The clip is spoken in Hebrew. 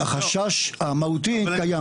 החשש המהותי קיים.